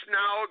now